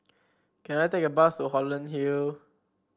can I take a bus to Holland Hill